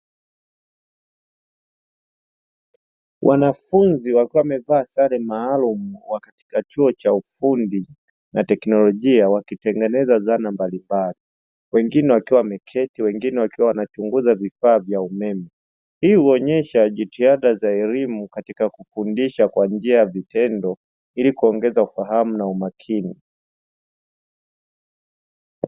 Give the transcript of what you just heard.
Wanafunzi wakiwa wamevaa sare maalumu wa katika chuo cha ufundi na teknolojia wakitengeneza zana mbalimbali, wengine wakiwa wameketi, wengine wakiwa wanachunguza vifaa vya umeme. Hii huonyesha jitihada za elimu katika kufundisha kwa njia ya vitendo ili kuongeza ufahamu na umakini.